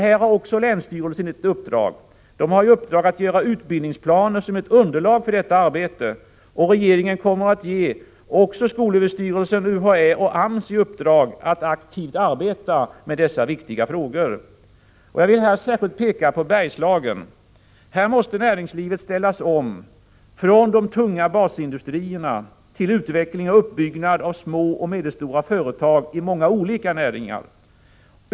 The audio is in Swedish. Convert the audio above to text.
Här har också länsstyrelserna ett uppdrag; de har i uppdrag att göra utbildningsplaner som ett underlag för detta arbete, och regeringen kommer att ge också skolöverstyrelsen, UHÄ och AMS i uppdrag att aktivt arbeta med dessa viktiga frågor. Jag vill särskilt peka på Bergslagen. Här måste näringslivet ställas om från de tunga basindustrierna till utveckling och uppbyggnad av små och medelstora företag i många olika näringar.